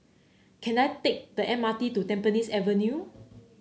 can I take the M R T to Tampines Avenue